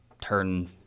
turn